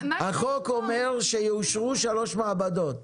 החוק אומר שיאושרו שלוש מעבדות.